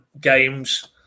games